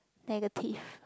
negative